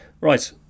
Right